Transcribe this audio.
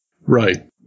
Right